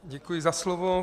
Děkuji za slovo.